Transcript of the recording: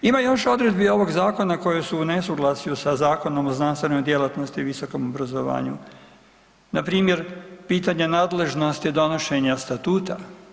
Ima još odredbi ovog zakona koje su u nesuglasju sa Zakonom o znanstvenoj djelatnosti i visokom obrazovanju, npr. pitanje nadležnosti donošenja statusa.